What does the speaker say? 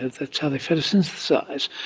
that's how they photosynthesise.